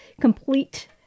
complete